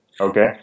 okay